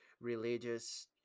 religious